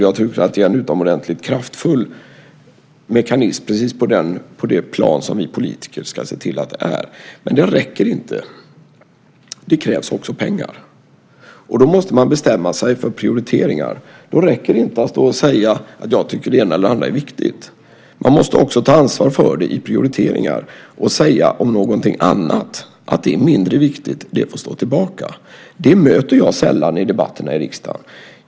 Jag tror att det är en utomordentligt kraftfull mekanism, precis på det plan som vi politiker ska se till att det är. Men det räcker inte. Det krävs också pengar. Då måste man bestämma sig för prioriteringar. Då räcker det inte att stå och säga att man tycker att det ena eller andra är viktigt. Man måste också ta ansvar för det i prioriteringar och säga om någonting annat att det är mindre viktigt och att det får stå tillbaka. Det möter jag sällan i debatterna i riksdagen.